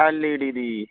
L E D the